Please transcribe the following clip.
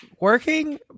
working